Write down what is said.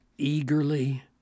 eagerly